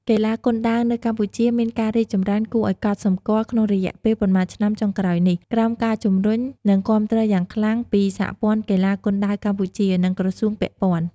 កីឡាគុនដាវនៅកម្ពុជាមានការរីកចម្រើនគួរឱ្យកត់សម្គាល់ក្នុងរយៈពេលប៉ុន្មានឆ្នាំចុងក្រោយនេះ ក្រោមការជំរុញ និងគាំទ្រយ៉ាងខ្លាំងពី សហព័ន្ធកីឡាគុនដាវកម្ពុជា និងក្រសួងពាក់ព័ន្ធ។